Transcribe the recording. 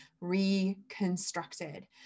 reconstructed